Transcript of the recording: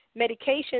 medications